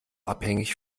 abhängig